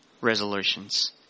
resolutions